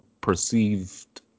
perceived